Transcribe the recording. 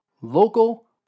local